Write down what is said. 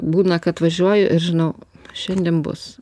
būna kad važiuoju ir žinau šiandien bus